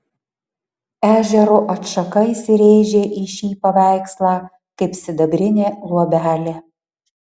ežero atšaka įsirėžė į šį paveikslą kaip sidabrinė luobelė